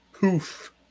poof